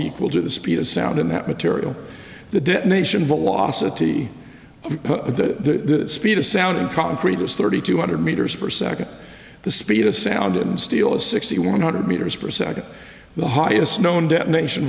equal to the speed of sound in that material the detonation velocity at the speed of sound in concrete is thirty two hundred meters per second the speed of sound and steel is sixty one hundred meters per second the highest known detonation